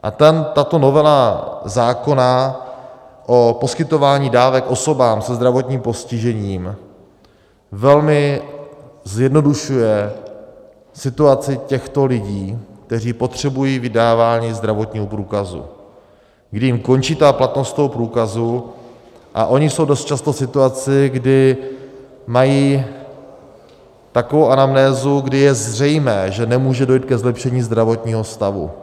A tato novela zákona o poskytování dávek osobám se zdravotním postižením velmi zjednodušuje situaci těchto lidí, kteří potřebují vydávání zdravotního průkazu, kdy jim končí ta platnost toho průkazu a oni jsou dost často v situaci, kdy mají takovou anamnézu, kdy je zřejmé, že nemůže dojít ke zlepšení zdravotního stavu.